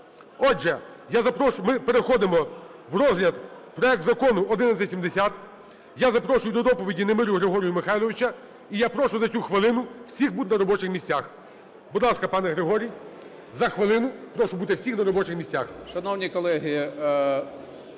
Ми переходимо в розгляд проекту Закону 1170. Я запрошую до доповіді Немирю Григорія Михайловича. І я прошу за цю хвилину всіх бути на робочих місцях. Будь ласка, пане Григорій. За хвилину прошу бути всіх на робочих місцях.